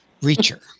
Reacher